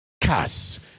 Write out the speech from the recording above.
cuss